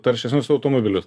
taršesnius automobilius